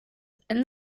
ein